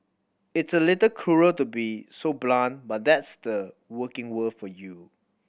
it's a little cruel to be so blunt but that's the working world for you